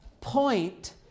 point